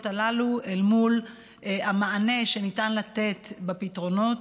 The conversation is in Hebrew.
הללו אל מול המענה שניתן לתת בפתרונות.